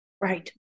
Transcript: Right